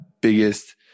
biggest